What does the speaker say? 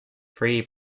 three